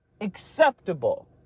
acceptable